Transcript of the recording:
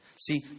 See